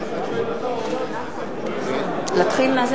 אינה נוכחת רוחמה אברהם-בלילא,